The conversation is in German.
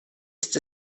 ist